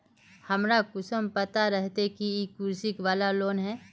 हमरा कुंसम पता रहते की इ कृषि वाला लोन है?